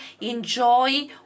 enjoy